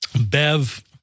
Bev